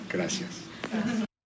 Gracias